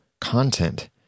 content